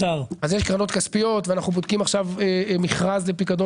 אז יש קרנות כספיות ואנחנו בודקים עכשיו מכרז לפיקדון